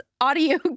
audio